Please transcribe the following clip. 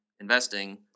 investing